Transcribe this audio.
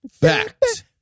Fact